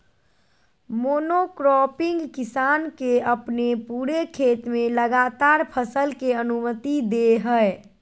monocropping किसान के अपने पूरे खेत में लगातार फसल के अनुमति दे हइ